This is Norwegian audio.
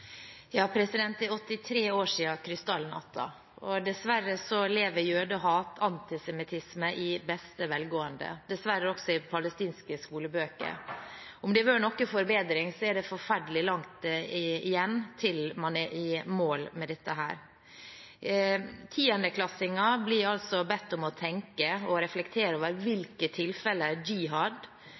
Det er 83 år siden krystallnatten, og dessverre lever jødehat og antisemittisme i beste velgående – dessverre også i palestinske skolebøker. Om det har vært noe forbedring, er det forferdelig langt igjen til man er i mål med dette. Tiendeklassinger blir altså bedt om å tenke og reflektere over i hvilke tilfeller